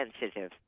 sensitive